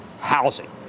housing